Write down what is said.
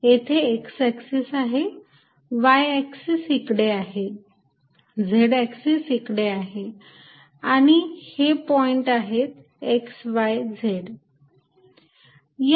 येथे x axis आहे y axis इकडे आहे z ऍक्सिस इकडे आहे आणि हे पॉईंट आहेत x y z